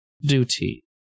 duty